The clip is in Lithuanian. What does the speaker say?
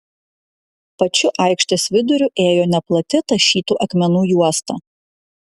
pačiu aikštės viduriu ėjo neplati tašytų akmenų juosta